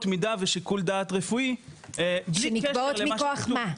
מידה ושיקול דעת רפואי --- שנקבעות מכוח מה?